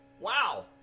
Wow